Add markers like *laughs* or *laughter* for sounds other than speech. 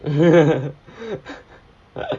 *laughs* well